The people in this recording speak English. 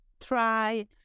try